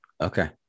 Okay